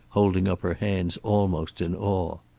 holding up her hands almost in awe.